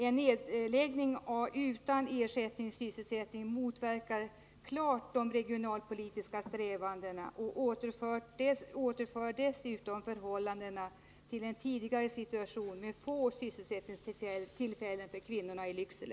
En nedläggning utan ersättningssysselsättning motverkar klart de regionalpolitiska strävandena och återför dessutom förhållandena till den tidigare situationen med få sysselsättningstillfällen för kvinnorna i Lycksele.